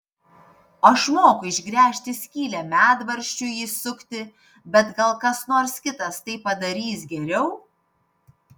aš moku išgręžti skylę medvaržčiui įsukti bet gal kas nors kitas tai padarys geriau